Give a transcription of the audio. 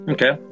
Okay